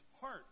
heart